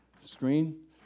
screen